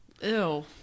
Ew